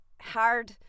hard